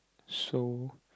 so